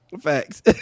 Facts